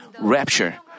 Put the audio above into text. rapture